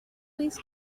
please